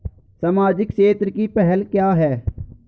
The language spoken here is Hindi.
सामाजिक क्षेत्र की पहल क्या हैं?